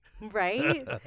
Right